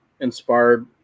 inspired